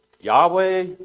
Yahweh